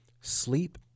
sleep